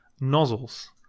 nozzles